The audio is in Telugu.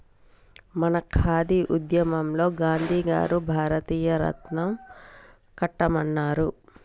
మన ఖాదీ ఉద్యమంలో గాంధీ గారు భారతీయ రాట్నం కట్టమన్నారు